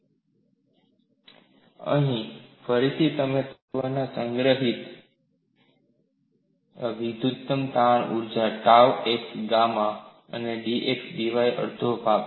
અને અહીં ફરીથી તમે તત્વમાં સંગ્રહિત વૃદ્ધિત્મક તાણ ઊર્જા tau xy gamma xy dV અડધો ભાગ છે